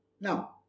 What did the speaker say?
Now